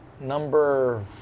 number